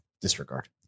disregard